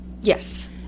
yes